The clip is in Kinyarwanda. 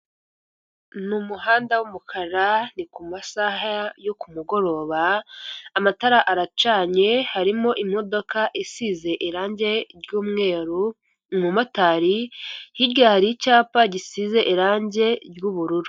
Ni umuhanda w'umukara ni ku masaha yo ku mugoroba amatara aracanye harimo imodoka isize irangi ry'umweru, umumotari, hirya hari icyapa gisize irangi ry'ubururu.